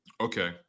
Okay